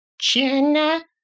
Jenna